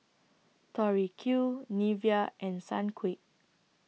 Tori Q Nivea and Sunquick